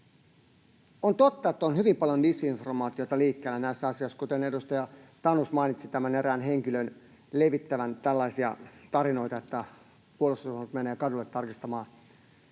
On totta, että on hyvin paljon disinformaatiota liikkeellä näissä asioissa, kuten edustaja Tanus mainitsi tämän erään henkilön levittävän tällaisia tarinoita, että Puolustusvoimat menee kadulle tarkistamaan